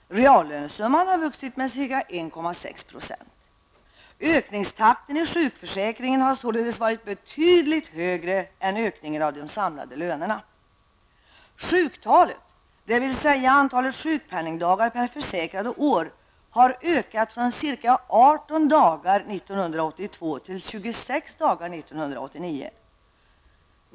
Reallönesumman har vuxit med ca 1,6 %. Ökningstakten i sjukförsäkringen har således varit betydligt högre än de samlade löneökningarna. Sjuktalet, dvs. antalet sjukpenningdagar per försäkrad och år, har ökat från ca 18 dagar 1982 till 26 dagar 1989.